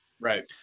Right